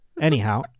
anyhow